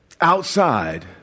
outside